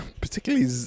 particularly